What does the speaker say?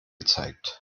gezeigt